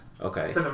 Okay